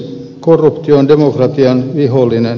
korruptio on demokratian vihollinen